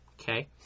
Okay